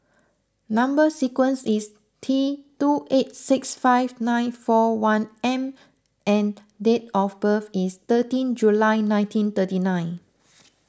Number Sequence is T two eight six five nine four one M and date of birth is thirteen July nineteen thirty nine